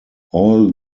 all